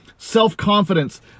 Self-confidence